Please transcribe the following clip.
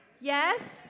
Yes